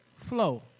Flow